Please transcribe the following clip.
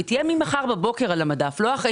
היא תהיה ממחר בבוקר על המדף ולא אחרי